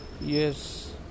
Yes